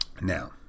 Now